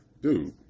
Dude